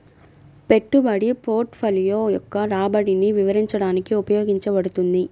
పెట్టుబడి పోర్ట్ఫోలియో యొక్క రాబడిని వివరించడానికి ఉపయోగించబడుతుంది